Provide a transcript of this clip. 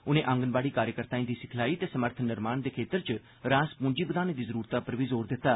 उनें आंगनवाड़ी कार्यकर्ताएं दी सिखलाई ते समर्थ निर्माण दे खेत्तर च रास पूंजी बधाने दी जरूरतै पर बी जोर दित्ता